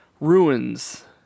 ruins